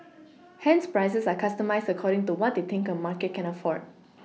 hence prices are customised according to what they think a market can afford